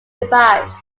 rebadged